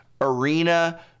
Arena